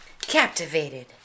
Captivated